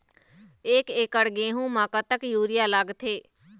एक एकड़ गेहूं म कतक यूरिया लागथे?